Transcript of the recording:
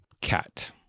Cat